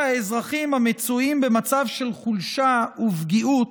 האזרחים המצויים במצב של חולשה ופגיעות,